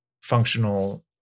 functional